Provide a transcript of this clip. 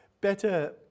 better